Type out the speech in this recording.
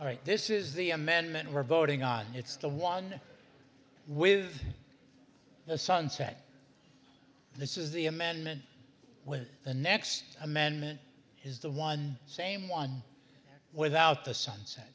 all right this is the amendment we're voting on it's the one with the sunset and this is the amendment when the next amendment is the one same one without the sunset